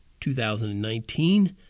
2019